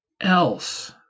else